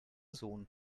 sohn